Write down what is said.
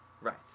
Right